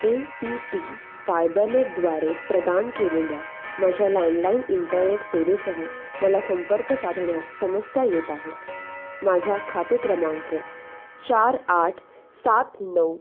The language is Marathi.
ए सी टी फायबरनेटद्वारे प्रदान केलेल्या माझ्या लँडलाइन इंटरनेट सेवेसह मला संपर्क साधण्यात समस्या येत आहेत माझ्या खाते क्रमांक चार आठ सात नऊ